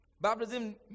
Baptism